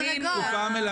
תקופה.